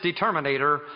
determinator